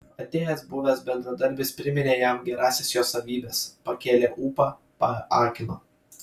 atėjęs buvęs bendradarbis priminė jam gerąsias jo savybes pakėlė ūpą paakino